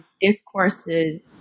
discourses